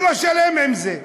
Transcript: אני לא שלם עם זה,